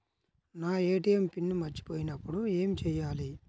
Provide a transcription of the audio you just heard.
నా ATM pin మర్చిపోయినప్పుడు ఏమి చేయాలి?